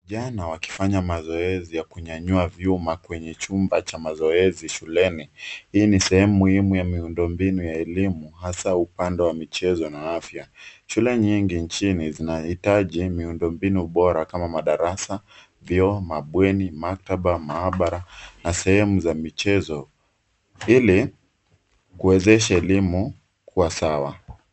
Vijana wakifanya mazoezi ya kunyanyua vyuma kwenye chumba cha mazoezi shuleni. Hii ni sehemu muhimu ya miundombinu ya elimu, hasa upande wa michezo na afya. Shule nyingi nchini zinahitaji miundombinu bora kama madarasa, vyoo, mabweni, maktaba, maabara na sehemu za michezo ili kuwezeshe elimu kuwa sawa.